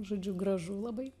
žodžiu gražu labai